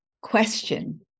question